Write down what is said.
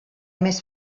més